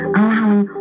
allowing